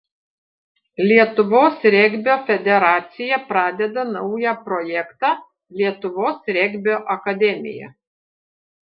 lietuvos regbio federacija pradeda naują projektą lietuvos regbio akademija